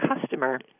customer